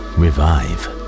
revive